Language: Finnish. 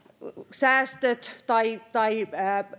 säästöt tai tai